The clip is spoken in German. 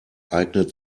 eignet